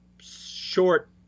short